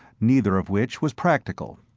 neither of which was practical.